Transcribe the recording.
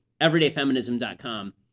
Everydayfeminism.com